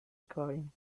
recording